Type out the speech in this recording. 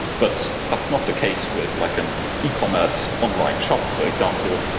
but that's not the case with like an ecommerce online shop, for example,